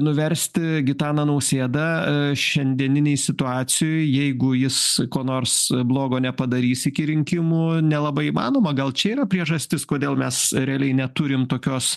nuversti gitaną nausėdą šiandieninėj situacijoj jeigu jis ko nors blogo nepadarys iki rinkimų nelabai įmanoma gal čia yra priežastis kodėl mes realiai neturim tokios